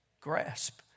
grasp